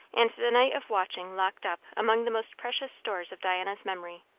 and the night of watching locked up among the most precious stores of diana's memory.